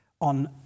on